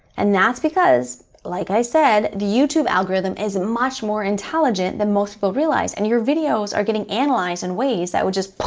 and that's because, like i said, the youtube algorithm is much more intelligent than most people realize, and your videos are getting analyzed in ways that would just,